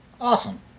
Awesome